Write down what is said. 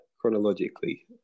chronologically